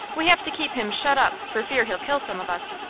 we have to keep him shut up for fear he'll kill some of us.